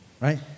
right